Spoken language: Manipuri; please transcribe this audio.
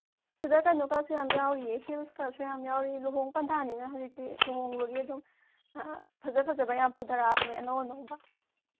ꯁꯤꯗ ꯀꯩꯅꯣꯀꯥꯁꯨ ꯌꯥꯝ ꯌꯥꯎꯔꯤꯌꯦ ꯍꯤꯜꯁꯀꯥꯁꯨ ꯌꯥꯝ ꯌꯥꯎꯔꯤ ꯂꯨꯍꯣꯡ ꯄꯟꯊꯥꯅꯤꯅ ꯍꯧꯖꯤꯛꯇꯤ ꯂꯨꯍꯣꯡꯕꯒꯤ ꯑꯗꯨꯝ ꯐꯖ ꯐꯖꯕ ꯌꯥꯝ ꯄꯨꯗꯔꯛꯑꯕꯅꯦ ꯑꯅꯧ ꯑꯅꯧꯕ